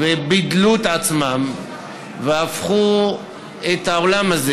ובידלו את עצמם והפכו את העולם הזה,